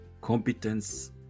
competence